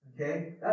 Okay